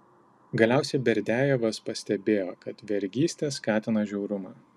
galiausiai berdiajevas pastebėjo kad vergystė skatina žiaurumą